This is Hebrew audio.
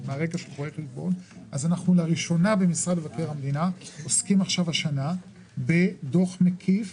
אנחנו לראשונה במשרד מבקר המדינה עוסקים השנה בדוח מקיף